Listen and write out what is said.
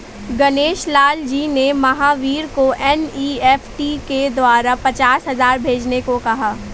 गणेश लाल जी ने महावीर को एन.ई.एफ़.टी के द्वारा पचास हजार भेजने को कहा